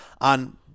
on